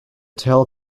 tail